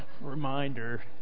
Reminder